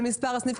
של מספר הסניף.